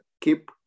keep